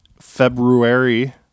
February